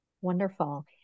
Wonderful